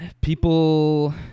people